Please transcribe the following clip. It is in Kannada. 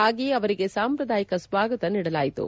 ಹಾಗೆಯೇ ಅವರಿಗೆ ಸಾಂಪ್ರದಾಯಿಕ ಸ್ವಾಗತ ನೀಡಲಾಯಿತು